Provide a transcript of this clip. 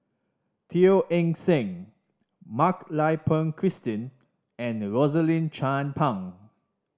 Teo Eng Seng Mak Lai Peng Christine and Rosaline Chan Pang